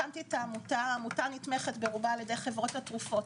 העמותה נתמכת ברובה על-ידי חברות התרופות,